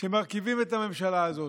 שמרכיבים את הממשלה הזאת: